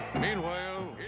Meanwhile